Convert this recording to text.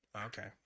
Okay